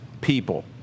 people